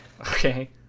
Okay